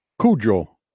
Cujo